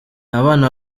abana